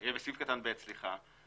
בסעיף קטן (א),